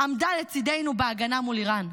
עמדה לצדנו בהגנה מול איראן.